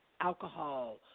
alcohol